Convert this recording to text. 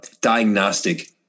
diagnostic